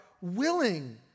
willing